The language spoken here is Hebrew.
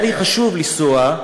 היה לי חשוב לנסוע,